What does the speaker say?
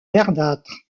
verdâtre